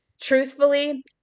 truthfully